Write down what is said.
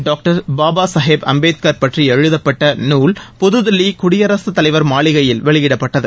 doctor Baba Saheb Ambedkar பற்றி எழுதப்பட்ட நூல் புதுதில்லி குடியரசுத்தலைவர் மாளிகையில் வெளியிடப்பட்டது